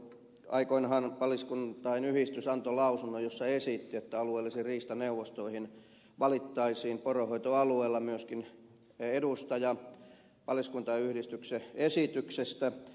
aikoinaanhan paliskuntain yhdistys antoi lausunnon jossa se esitti että alueellisiin riistaneuvostoihin valittaisiin poronhoitoalueella myöskin edustaja paliskuntain yhdistyksen esityksestä